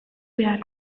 behar